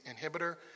inhibitor